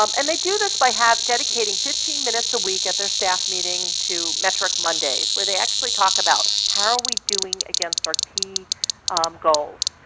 um and they do this by half dedicating fifteen minutes a week at their staff meeting to metric mondays where they actually talk about, how we are doing against our key goals?